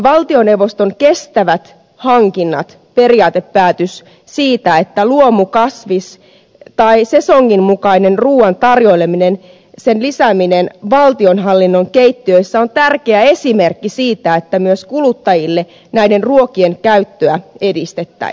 valtioneuvoston kestävät hankinnat periaatepäätös siitä että luomu ja kasvisruuan sekä sesongin mukaisen ruuan tarjoilemista lisätään valtionhallinnon keittiöissä on tärkeä esimerkki siitä että myös kuluttajille näiden ruokien käyttöä edistettäisiin